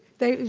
they,